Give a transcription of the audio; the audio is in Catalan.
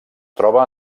troba